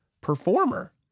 performer